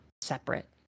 separate